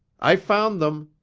i found them.